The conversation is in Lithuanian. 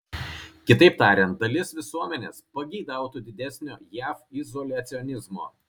kitaip tariant dalis visuomenės pageidautų didesnio jav izoliacionizmo